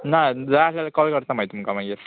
ना जाय आसल्यार कॉल करता मागीर तुमकां मागीर